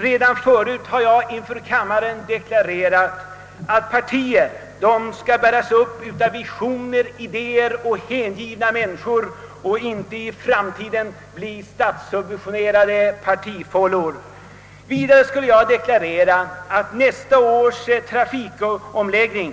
Redan tidigare har jag inför kammaren deklarerat att jag anser att politiska partier skall bäras upp av visioner, idéer och hängivna människor och inte i framtiden bli statssubventionerade partifållor. Vidare skulle jag kunna deklarera att jag anser nästa års trafikomläggning